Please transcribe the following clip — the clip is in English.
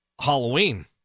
Halloween